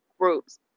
groups